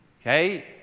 Okay